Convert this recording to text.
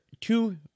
two